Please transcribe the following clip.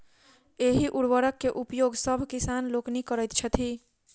एहि उर्वरक के उपयोग सभ किसान लोकनि करैत छथि